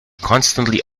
constantly